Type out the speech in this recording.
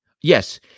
yes